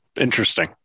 Interesting